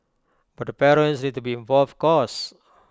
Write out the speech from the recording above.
but the parents need to be involved of course